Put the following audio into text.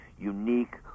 unique